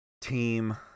team